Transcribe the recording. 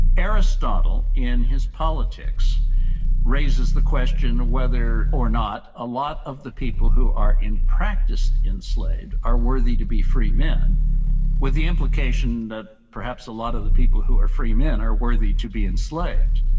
aristotle in his politics raises the question whether or not a lot of the people who are in practice enslaved are worthy to be free men with the implication that perhaps a lot of the people who are free men are worthy to be enslaved.